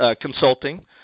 consulting